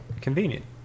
Convenient